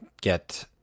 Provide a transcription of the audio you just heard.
get